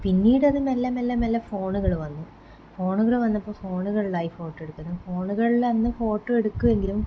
പിന്നീട് അത് മെല്ലെ മെല്ലെ മെല്ലെ ഫോണുകൾ വന്നു ഫോണുകൾ വന്നപ്പോൾ ഫോണുകളിലായി ഫോട്ടോ എടുക്കൽ ഫോണുകളിൽ അന്ന് ഫോട്ടോ എടുക്കുമെങ്കിലും